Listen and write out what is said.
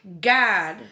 God